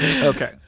Okay